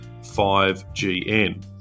5GN